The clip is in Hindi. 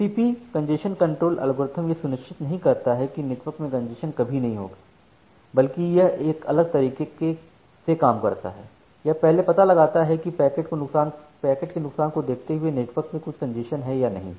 टीसीपीकंजेशन कंट्रोल एल्गोरिथ्म यह सुनिश्चित नहीं करता है कि नेटवर्क में कंजेशन कभी नहीं होगा बल्कि यह एक अलग तरीके से काम करता हैयह पहले पता लगाता है कि पैकेट के नुकसान को देखते हुए नेटवर्क में कुछ कंजेशन है या नहीं